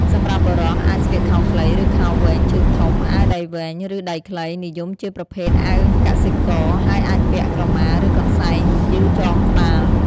សម្រាប់បុរស អាចស្លៀកខោខ្លី ឬខោវែងជើងធំ អាវដៃវែង ឬដៃខ្លី និយមជាប្រភេទអាវកសិករ ហើយអាចពាក់ក្រមាឬកន្សែងយឺតចងក្បាល។